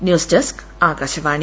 news desk Akashvani